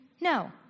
No